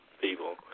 people